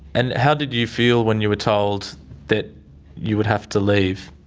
and how did you feel when you were told that you would have to leave?